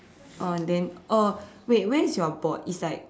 oh then oh wait where's your board it's like